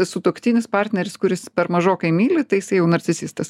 sutuoktinis partneris kuris per mažokai myli tai jisai jau narcisistas